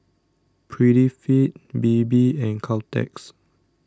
Prettyfit Bebe and Caltex